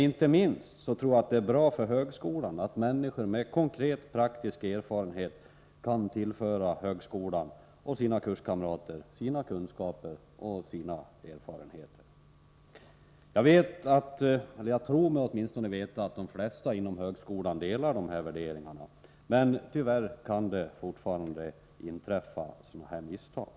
Inte minst tror jag att det är bra för högskolan att människor med konkret, praktisk erfarenhet kan tillföra högskolan och sina kurskamrater sina kunskaper och erfarenheter. Jag tror mig veta att de flesta inom högskolan delar dessa värderingar, men tyvärr kan det fortfarande inträffa sådana här misstag.